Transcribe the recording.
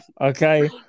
Okay